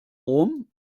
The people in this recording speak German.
rom